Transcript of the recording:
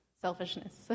selfishness